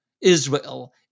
Israel